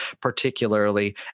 particularly